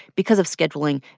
because of scheduling,